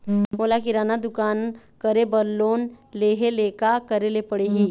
मोला किराना दुकान करे बर लोन लेहेले का करेले पड़ही?